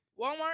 Walmart